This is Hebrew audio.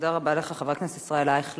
תודה רבה לך, חבר הכנסת ישראל אייכלר.